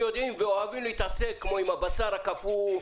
יודעים ואוהבים להתעסק כמו עם הבשר הקפוא,